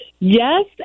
Yes